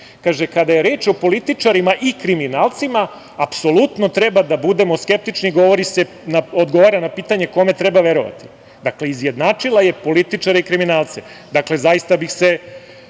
kada je reč o političarima i kriminalcima, apsolutno treba da budemo skeptični. Odgovara na pitanje kome treba verovati. Dakle, izjednačila je političare i kriminalce.